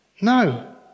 No